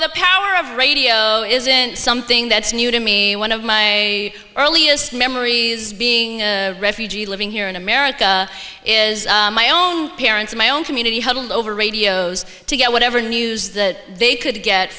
the power of radio isn't something that's new to me one of my earliest memories being a refugee living here in america is my own parents my own community huddled over radios to get whatever news that they could get